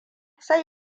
sai